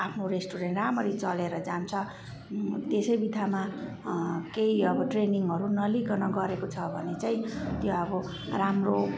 आफ्नो रेस्टुरेन्ट राम्ररी चलेर जान्छ त्यसै बित्थामा केही अब ट्रेनिङहरू नलिइकन गरेको छ भने चाहिँ त्यो अब राम्रो